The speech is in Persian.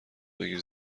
بگیر